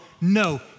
no